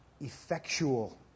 effectual